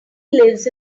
lives